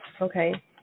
Okay